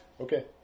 Okay